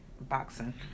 boxing